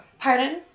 Pardon